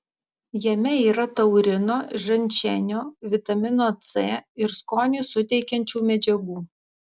jame yra taurino ženšenio vitamino c ir skonį suteikiančių medžiagų